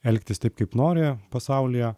elgtis taip kaip nori pasaulyje